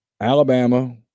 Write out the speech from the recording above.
Alabama